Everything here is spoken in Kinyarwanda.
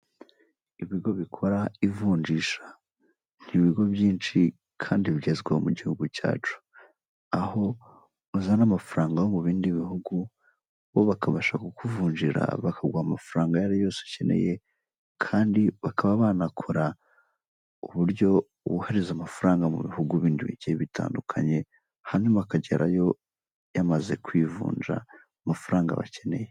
Ibigo bikora ivunjisha ni ibigo byinshi kandi bigezwaho mu gihugu cyacu aho uzana amafaranga yo mu bindi bihugu bo bakabasha kukuvunjira bakaguha amafaranga ayo ariyo yose ukeneye kandi bakaba banakora uburyo wohereza amafaranga mu bihugu bindi bigiye bitandukanye hanyuma akagerayo yamaze kwivunja amafaranga bakeneye.